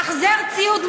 "החזר ציוד",